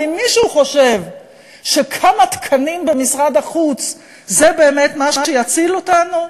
אבל אם מישהו חושב שכמה תקנים במשרד החוץ הם באמת מה שיציל אותנו,